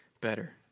better